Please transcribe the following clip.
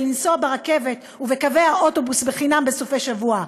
לנסוע ברכבת ובקווי האוטובוס חינם בסופי שבוע.